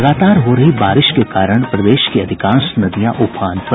लगातार हो रही बारिश के कारण प्रदेश की अधिकांश नदियां उफान पर